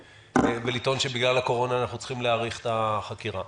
ולטעון שבגלל הקורונה אנחנו צריכים להאריך את החקירה.